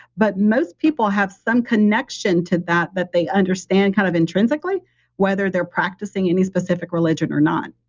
but most people have some connection to that that they understand kind of intrinsically whether they're practicing any specific religion or not.